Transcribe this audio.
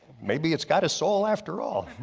maybe it's got a soul after all.